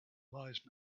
wise